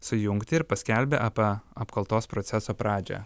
sujungti ir paskelbė apa apkaltos proceso pradžią